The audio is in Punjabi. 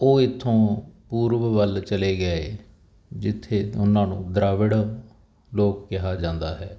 ਉਹ ਇੱਥੋਂ ਪੂਰਵ ਵੱਲ ਚਲੇ ਗਏ ਜਿੱਥੇ ਉਹਨਾਂ ਨੂੰ ਦ੍ਰਾਵਿੜ ਲੋਕ ਕਿਹਾ ਜਾਂਦਾ ਹੈ